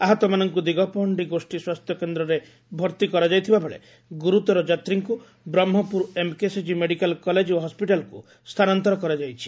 ଆହତମାନଙ୍କୁ ଦିଗପହଖି ଗୋଷୀ ସ୍ୱାସ୍ଥ୍ୟ କେନ୍ଦରେ ଭର୍ଉ କରାଯାଇଥିବାବେଳେ ଗୁରୁତର ଯାତ୍ରୀଙ୍କୁ ବ୍ରହ୍କପୁର ଏମକେସିଜି ମେଡିକାଲ କଲେଜ ଓ ହସ୍ପିଟାଲକୁ ସ୍ଥାନାନ୍ତର କରାଯାଇଛି